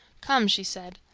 come, she said,